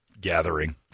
Gathering